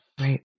right